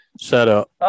setup